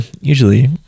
usually